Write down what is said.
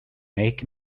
make